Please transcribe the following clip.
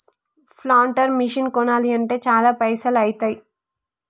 planter machine కొనాలి అంటే చాల పైసల్ ఐతాయ్